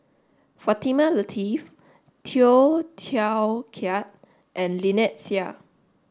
Fatimah Lateef Tay Teow Kiat and Lynnette Seah